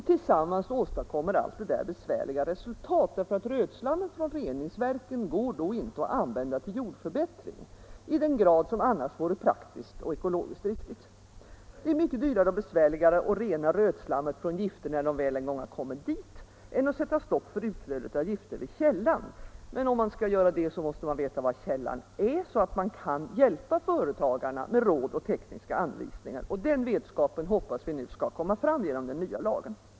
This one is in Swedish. Tillsammans åstadkommer allt det där besvärliga resultat, därför att rötslammet från reningsverken då inte går att använda till jordförbättring i den grad som annars vore praktiskt och ekologiskt riktigt. Det är mycket dyrare och besvärligare att rena rötslammet från gifter när de väl en gång har kommit dit än att sätta stopp för utflödet av gifter vid källan. Men för att göra detta måste man veta var källan är, så att man kan hjälpa företagarna med råd och tekniska anvisningar. Den vetskapen hoppas vi nu skall komma fram genom den nya lagen.